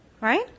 right